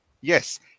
Yes